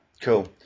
Cool